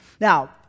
Now